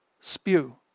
spew